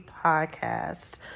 podcast